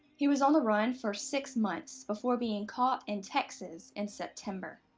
he was on the run for six months before being caught in texas in september.